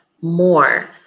more